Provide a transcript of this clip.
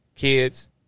Kids